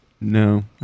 No